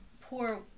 poor